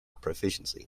proficiency